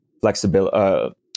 flexibility